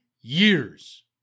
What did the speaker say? years